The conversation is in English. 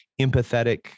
empathetic